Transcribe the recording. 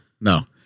no